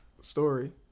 Story